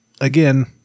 again